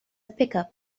pickup